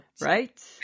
Right